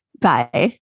Bye